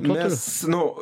nes nu